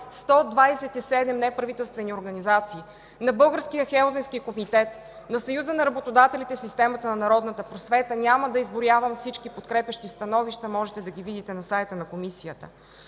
127 неправителствени организации, на Българския Хелзинкски комитет, на Съюза на работодателите в системата на народната просвета. Няма да изброявам всички подкрепящи становища, можете да ги видите на сайта на Комисията.